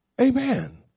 amen